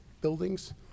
buildings